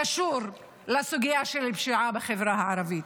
והכול קשור לסוגיה של הפשיעה בחברה הערבית.